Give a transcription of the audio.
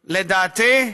לדעתי,